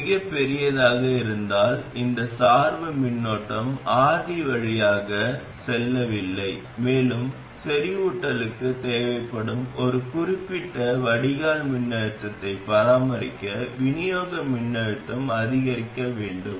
RD ID மிகப் பெரியதாக இருந்தால் இந்த சார்பு மின்னோட்டம் RD வழியாகச் செல்லவில்லை மேலும் செறிவூட்டலுக்குத் தேவைப்படும் ஒரு குறிப்பிட்ட வடிகால் மின்னழுத்தத்தை பராமரிக்க விநியோக மின்னழுத்தம் அதிகரிக்க வேண்டும்